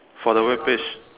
for the work page